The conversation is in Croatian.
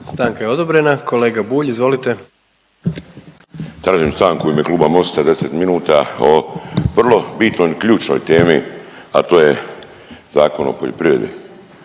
Stanka je odobrena. Kolega Bulj izvolite. **Bulj, Miro (MOST)** Tražim stanku u ime Kluba MOST-a 10 minuta o vrlo bitnoj, ključnoj temi, a to je Zakon o poljoprivredi.